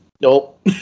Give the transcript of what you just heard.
nope